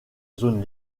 zone